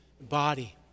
body